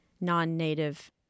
non-native